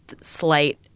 slight